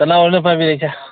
ꯀꯅꯥ ꯑꯣꯏꯔꯃꯣ ꯄꯥꯏꯕꯤꯔꯛꯏꯁꯦ